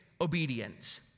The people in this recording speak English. obedience